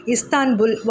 Istanbul